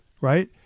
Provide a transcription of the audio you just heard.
right